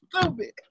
stupid